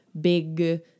big